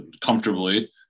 comfortably